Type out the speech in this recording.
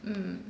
mm